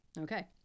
Okay